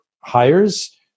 hires